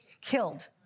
killed